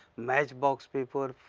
match box paper,